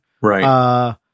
Right